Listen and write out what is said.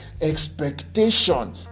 Expectation